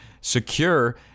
secure